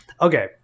okay